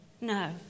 no